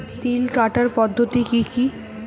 তিল কাটার পদ্ধতি কি কি?